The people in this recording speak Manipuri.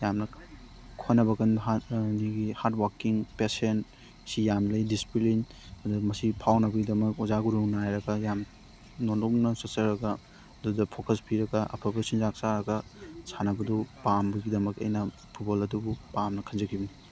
ꯌꯥꯝꯅ ꯍꯣꯠꯅꯕ ꯀꯟꯕ ꯍꯥꯔꯗ ꯑꯗꯒꯤ ꯍꯥꯔꯗ ꯋꯥꯔꯛꯀꯤꯡ ꯄꯦꯁꯦꯟ ꯁꯤ ꯌꯥꯝ ꯂꯩ ꯗꯤꯁꯤꯄ꯭ꯂꯤꯟ ꯑꯗꯨꯒ ꯃꯁꯤ ꯐꯥꯎꯅꯕꯒꯤꯗꯃꯛ ꯑꯣꯖꯥ ꯒꯨꯔꯨ ꯅꯥꯏꯔꯒ ꯌꯥꯝ ꯅꯣꯂꯨꯛꯅ ꯆꯠꯆꯔꯒ ꯑꯗꯨꯗ ꯐꯣꯀꯁ ꯄꯤꯔꯒ ꯑꯐꯕ ꯆꯤꯟꯖꯥꯛ ꯆꯥꯔꯒ ꯁꯥꯟꯅꯕꯗꯨ ꯄꯥꯝꯕꯒꯤꯗꯃꯛ ꯑꯩꯅ ꯐꯨꯠꯕꯣꯜ ꯑꯗꯨꯕꯨ ꯄꯥꯝꯅ ꯈꯟꯖꯈꯤꯕꯅꯤ